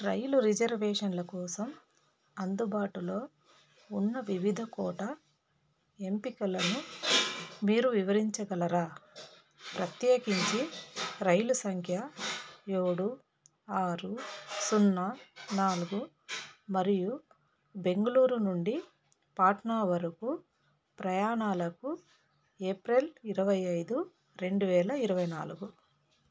రైలు రిజర్వేషన్ల కోసం అందుబాటులో ఉన్న వివిధ కోటా ఎంపికలను మీరు వివరించగలరా ప్రత్యేకించి రైలు సంఖ్య ఏడు ఆరు సున్నా నాలుగు మరియు బెంగుళూరు నుండి పాట్నా వరకు ప్రయాణాలకు ఏప్రిల్ ఇరవై ఐదు రెండు వేల ఇరవై నాలుగు